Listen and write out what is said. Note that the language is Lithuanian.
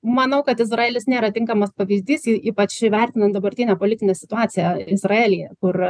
manau kad izraelis nėra tinkamas pavyzdys ypač įvertinant dabartinę politinę situaciją izraelyje kur